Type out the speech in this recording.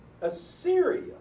Assyria